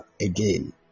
again